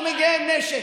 לא מגיעה עם נשק.